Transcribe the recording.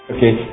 Okay